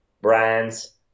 brands